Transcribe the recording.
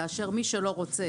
כאשר מי שלא רוצה